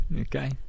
Okay